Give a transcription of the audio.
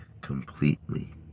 completely